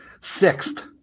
sixth